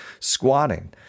squatting